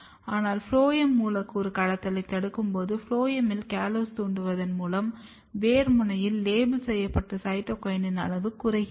ஆனால் ஃபுளோயமில் மூலக்கூறு கடத்தலை தடுக்கும்போது ஃபுளோயமில் காலோஸைத் தூண்டுவதன் மூலம் வேர் முனையில் லேபிள் செய்யப்பட்ட சைட்டோகினின் அளவு குறைகிறது